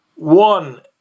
One